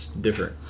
different